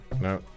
no